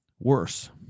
Worse